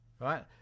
right